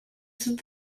through